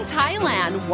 Thailand